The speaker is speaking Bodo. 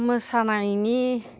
मोसानायनि